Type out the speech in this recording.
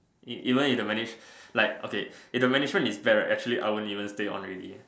e~ even if the management like okay if the Management is bad right actually I won't even stay on already